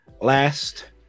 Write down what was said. last